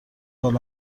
حال